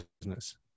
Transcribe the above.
business